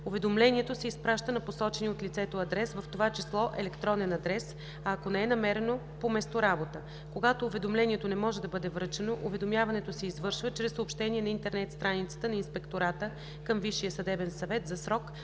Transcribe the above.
„Уведомлението се изпраща на посочения от лицето адрес, в т. ч. електронен адрес, а ако не е намерено – по месторабота. Когато уведомлението не може да бъде връчено, уведомяването се извършва чрез съобщение на интернет страницата на Инспектората към Висшия съдебен съвет за срок,